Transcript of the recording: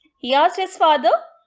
he asked his father,